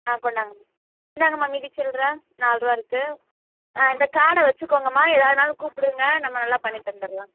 ஆ கொண்டாங்கம்மா இந்தாங்கம்மா மீதி சில்ரை நாலு ரூபா இருக்குது ஆ இந்த கார்டை வச்சுக்கோங்கம்மா எதாயிருந்தாலும் கூப்பிடுங்க நம்ம நல்லா பண்ணிதந்துடலாம்